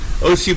OC